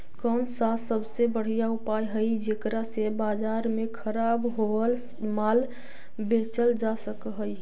कौन सा सबसे बढ़िया उपाय हई जेकरा से बाजार में खराब होअल माल बेचल जा सक हई?